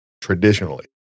traditionally